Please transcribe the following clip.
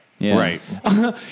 Right